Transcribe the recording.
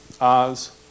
Oz